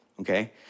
okay